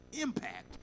impact